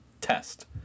Test